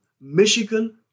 Michigan